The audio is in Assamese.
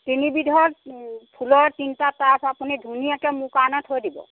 তিনিবিধৰ ফুলৰ তিনিটা টাব আপুনি ধুনীয়কৈ মোৰ কাৰণে থৈ দিব